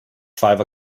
five